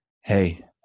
hey